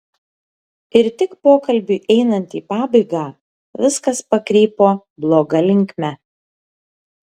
ir tik pokalbiui einant į pabaigą viskas pakrypo bloga linkme